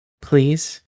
Please